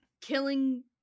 killing